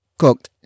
cooked